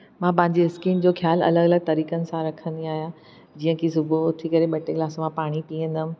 मां पंहिंजे स्किन जो ख़्यालु अलॻि अलॻि तरीक़नि सां रखंदी आहियां जीअं की सुबुह उथी करे ॿ टे गिलास मां पाणी पीअंदमि